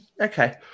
okay